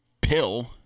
pill